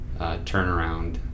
turnaround